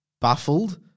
baffled